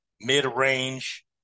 mid-range